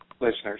listeners